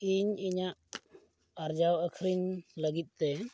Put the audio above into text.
ᱤᱧ ᱤᱧᱟᱹᱜ ᱟᱨᱡᱟᱣ ᱟᱹᱠᱷᱨᱤᱧ ᱞᱟᱹᱜᱤᱫ ᱛᱮ